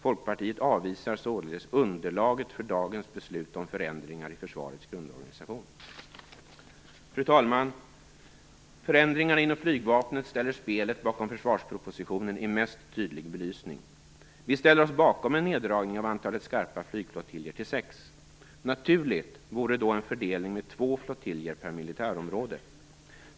Folkpartiet avvisar således underlaget för dagens beslut om förändringar i försvarets grundorganisation. Fru talman! Förändringarna inom flygvapnet ställer spelet bakom försvarspropositionen i mest tydlig belysning. Vi ställer oss bakom en neddragning av antalet skarpa flygflottiljer till sex. Naturligt vore då en fördelning med två flottiljer per militärområde.